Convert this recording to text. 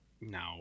no